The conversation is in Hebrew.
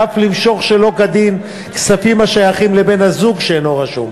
ואף למשוך שלא כדין כספים השייכים לבן-הזוג שאינו רשום.